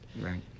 Right